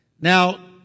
Now